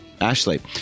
Ashley